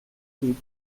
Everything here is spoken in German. die